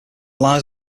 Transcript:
lies